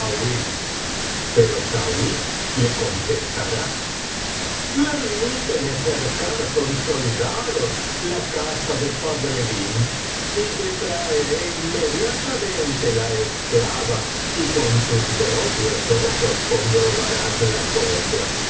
pero sauí le contestará permíteme cercar con soldados la casa de fadleddín y te traeré inmediatamente la esclava y con tus propios ojos comprobarás la cosa